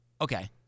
Okay